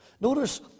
Notice